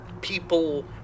people